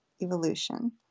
evolution